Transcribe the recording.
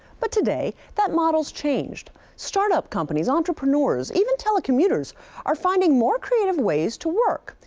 but today, that model's changed. startup companies, entrepreneurs, even telecommuters are finding more creative ways to work.